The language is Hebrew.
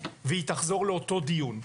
והיא תחזור לאותו דיון.